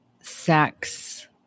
sex